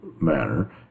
manner